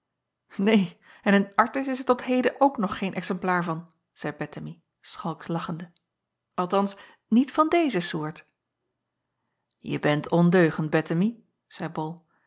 een en in rtis is er tot heden ook nog geen exemplaar van zeî ettemie schalks lachende althans niet van deze soort e bent ondeugend ettemie zeî